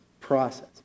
process